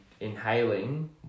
inhaling